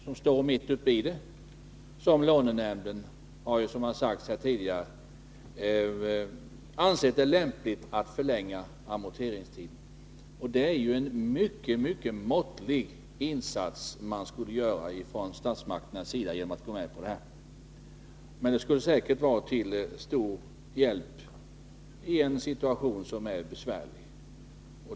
Som det redan sagts har lånenämnden, som står mitt uppe i detta, ansett det lämpligt att förlänga amorteringstiden. Det handlar ändå om en mycket måttlig insats från statsmakternas sida att gå med på detta, men det skulle säkert vara till stor hjälp i en situation som är besvärlig.